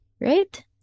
right